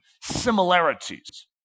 similarities